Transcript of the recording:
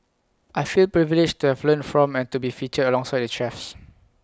I feel privileged to have learnt from and to be featured alongside the chefs